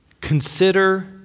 Consider